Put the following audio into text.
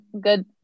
good